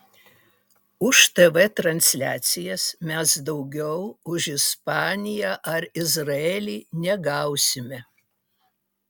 už tv transliacijas mes daugiau už ispaniją ar izraelį negausime